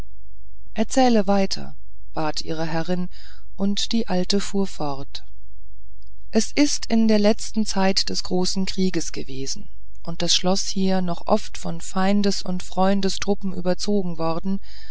erzähle weiter bat ihre herrin und die alte fuhr fort es ist in der letzten zeit des großen krieges gewesen und das schloß hier noch oft von feindes und freundes truppen überzogen worden